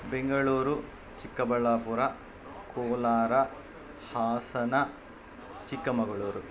Bengaluru Chikkaballapur Kolar Hassan Chikkamagaluru